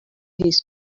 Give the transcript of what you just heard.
his